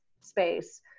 space